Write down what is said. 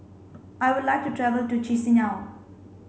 I would like to travel to Chisinau